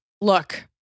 Look